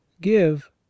give